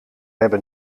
hebben